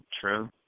true